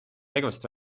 tegevust